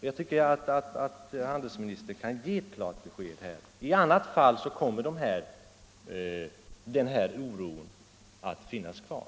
Jag tycker att handelsministern kan ge ett klart besked, i annat fall kommer denna oro att finnas kvar.